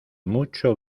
mucho